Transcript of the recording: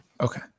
Okay